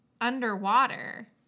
underwater